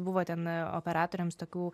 buvo ten operatoriams tokių